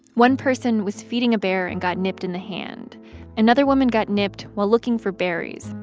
one person was feeding a bear and got nipped in the hand another woman got nipped while looking for berries,